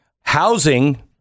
Housing